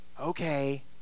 Okay